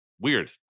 Weird